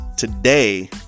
Today